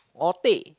or Teh